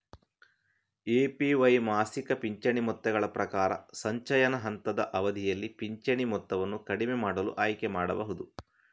APY ಮಾಸಿಕ ಪಿಂಚಣಿ ಮೊತ್ತಗಳ ಪ್ರಕಾರ, ಸಂಚಯನ ಹಂತದ ಅವಧಿಯಲ್ಲಿ ಪಿಂಚಣಿ ಮೊತ್ತವನ್ನು ಕಡಿಮೆ ಮಾಡಲು ಆಯ್ಕೆ ಮಾಡಬಹುದು